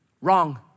wrong